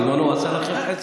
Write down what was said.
בזמנו הוא עשה לכם חסד,